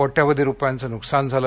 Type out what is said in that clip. कोट्यवधी रूपयांचे नुकसान झालं